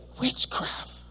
Witchcraft